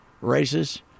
races